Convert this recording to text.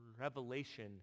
revelation